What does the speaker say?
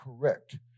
correct